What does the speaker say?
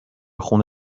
خون